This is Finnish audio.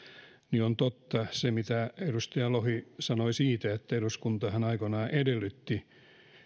ja on totta se mitä edustaja lohi sanoi siitä että eduskuntahan aikoinaan edellytti että